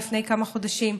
לפני כמה חודשים,